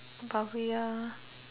but we are